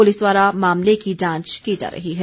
police द्वारा मामले की जांच की जा रही है